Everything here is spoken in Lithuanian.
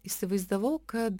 įsivaizdavau kad